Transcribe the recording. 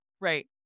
Right